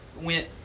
went